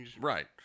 Right